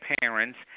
parents